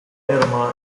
erano